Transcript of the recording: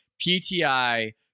pti